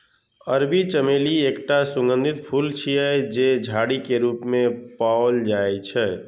अरबी चमेली एकटा सुगंधित फूल छियै, जे झाड़ी के रूप मे पाओल जाइ छै